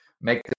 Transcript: make